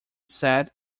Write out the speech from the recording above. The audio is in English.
set